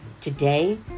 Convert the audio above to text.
Today